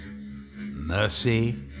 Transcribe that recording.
Mercy